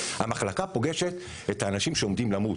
המחלקה פוגשת את האנשים שעומדים למות.